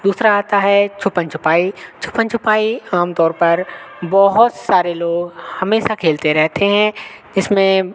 दूसरा आता है छुपन छुपाई छुपन छुपाई आम तौर पर बहुत सारे लोग हमेशा खेलते रहते हैं जिसमें